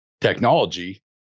technology